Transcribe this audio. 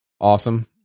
awesome